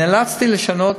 נאלצתי לשנות.